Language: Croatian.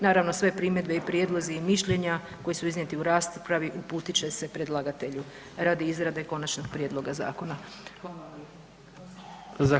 Naravno sve primjedbe i prijedlozi i mišljenja koji su iznijeti u raspravi uputit će se predlagatelju radi izrade konačnog prijedloga zakona.